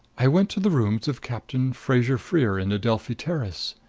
i went to the rooms of captain fraser-freer, in adelphi terrace.